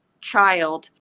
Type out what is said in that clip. child